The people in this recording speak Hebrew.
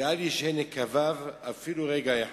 ואל ישהה נקביו אפילו רגע אחד".